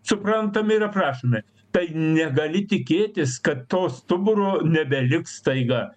suprantame ir aprašome tai negali tikėtis kad to stuburo nebeliks staiga